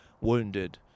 wounded